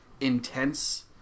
intense